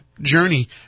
journey